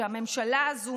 שהממשלה הזו,